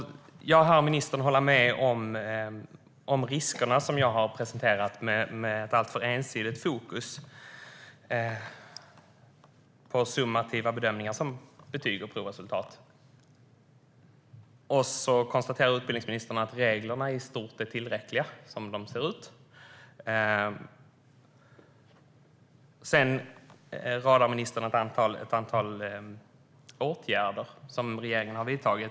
Jag hör att ministern håller med om de risker som jag har presenterat med ett alltför ensidigt fokus på summativa bedömningar som betyg och provresultat. Utbildningsministern konstaterar att reglerna i stort är tillräckliga som de ser ut. Ministern radar upp ett antal åtgärder som regeringen har vidtagit.